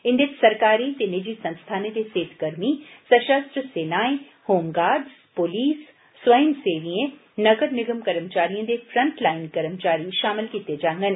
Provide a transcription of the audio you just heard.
इंदे च सरकारी ते नीजि संस्थानें दे सेह्त कर्मी सशस्त्र सेनाएं होम गार्डस पुलस स्वयं सेविएं नगर निगम कर्मचारिएं दे फ्रंटटाइम कर्मचारी शामल कीते जांगन